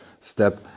step